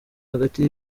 hagati